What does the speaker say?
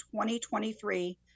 2023